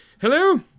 Hello